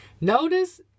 Notice